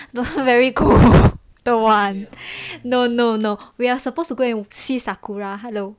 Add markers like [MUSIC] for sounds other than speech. don't want very cold [LAUGHS] don't want no no no we are supposed to go and see sakura hello